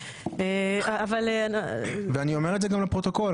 ואני אומר את זה גם לפרוטוקול,